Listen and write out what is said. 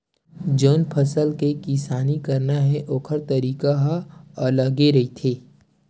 जउन फसल के किसानी करना हे ओखर तरीका ह अलगे रहिथे